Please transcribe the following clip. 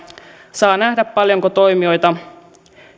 saa nähdä paljonko toimijoita